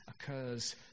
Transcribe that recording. occurs